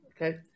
okay